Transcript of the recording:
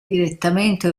direttamente